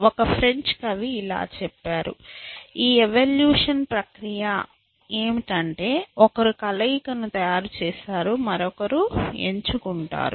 ఒక ఫ్రెంచ్ కవి ఇలా చెప్పారు ఈ ఎవల్యూషన్ ప్రక్రియ ఏమిటంటే ఒకరు కలయికను తయారు చేస్తారు మరొకరు ఎంచుకుంటారు